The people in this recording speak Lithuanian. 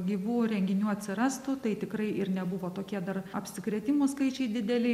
gyvų renginių atsirastų tai tikrai ir nebuvo tokie dar apsikrėtimų skaičiai dideli